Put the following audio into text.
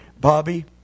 Bobby